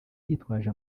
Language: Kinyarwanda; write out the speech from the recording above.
yitwaje